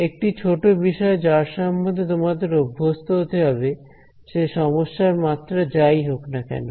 একটি ছোট বিষয় যার সম্বন্ধে তোমাদের অভ্যস্ত হতে হবে সে সমস্যার মাত্রা যাই হোক না কেন